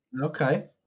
Okay